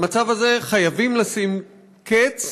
למצב הזה חייבים לשים קץ,